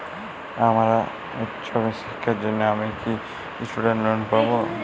আমার উচ্চ শিক্ষার জন্য আমি কি স্টুডেন্ট লোন পাবো